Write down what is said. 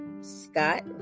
Scott